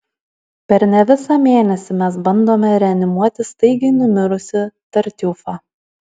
per ne visą mėnesį mes bandome reanimuoti staigiai numirusį tartiufą